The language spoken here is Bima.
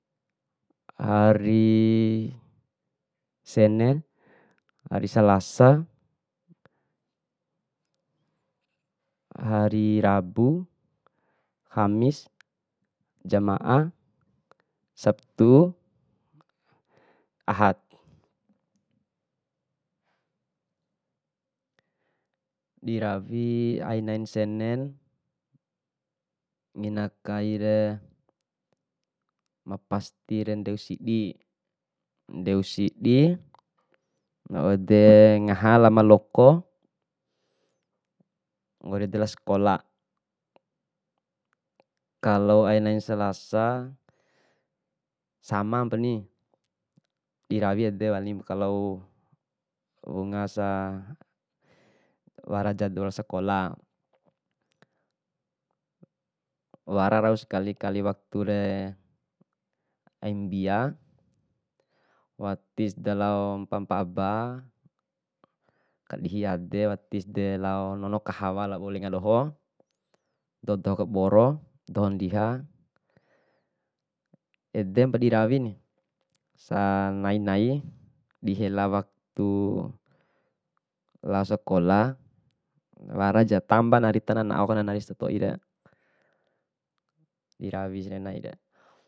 Hari senen hari salasa hari rabu, kamis, jamaah, sabtu, ahad. Dirawi ainain senen, ngina kaire ma pastire ndeu sidi, ndeu sidin waude ngaha lama loko, nggori ede lao sakola. Kalo ainain salasa samampani dirawi ede walim kalo wunga sa wara jadwal sakola, wara rau sekali kali wakture aimbia watise dalao mpa'a mpa'a ba, kadihi ade watisde lao nono kahawa lao lenga doho, doho doho kaboro, doho ndiha, edempa dirawini, sanai nai dihela waktu lao sakola, waraja tamba nari tananao kananari setoire, dirawi senai naire.